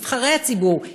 נבחרי הציבור,